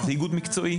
זה איגוד מקצועי,